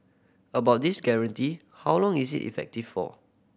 about this guarantee how long is it effective for